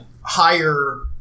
higher